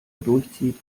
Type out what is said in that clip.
durchzieht